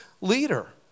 leader